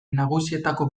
nagusietako